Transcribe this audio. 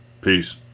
Peace